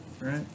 right